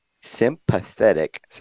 sympathetic